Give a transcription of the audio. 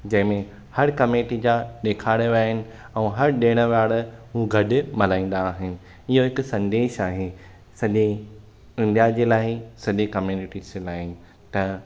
जंहिं में हर कमेटी जा ॾिखारिया विया आहिनि ऐं हर ॾिण वार हू गॾु मल्हाईंदा आहिनि इहो हिकु संदेशु आहे सॼे इंडिया जे लाइ सॼे कम्यूनिटीज़ जे लाइ त